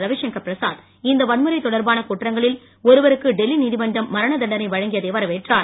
ரவிசங்கர் பிரசாத் இந்த வன்முறை தொடர்பான குற்றங்களில் ஒருவருக்கு டெல்லி நீதிமன்றம் மரண தண்டனை வழங்கியதை வரவேற்றார்